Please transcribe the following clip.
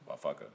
motherfucker